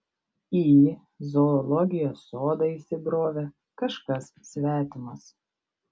į zoologijos sodą įsibrovė kažkas svetimas